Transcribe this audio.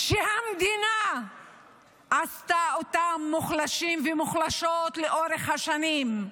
שהמדינה עשתה אותם מוחלשים ומוחלשות לאורך השנים.